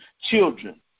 children